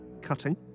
cutting